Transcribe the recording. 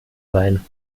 sein